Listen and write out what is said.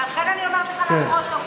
לכן אני אומרת לך לפרוטוקול.